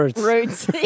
roots